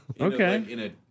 Okay